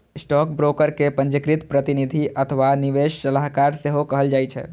stockbroker कें पंजीकृत प्रतिनिधि अथवा निवेश सलाहकार सेहो कहल जाइ छै